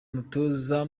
umutoza